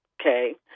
okay